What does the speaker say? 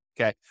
Okay